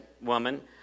woman